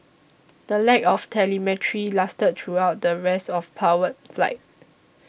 the lack of telemetry lasted throughout the rest of powered flight